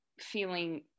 feeling